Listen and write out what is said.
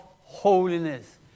holiness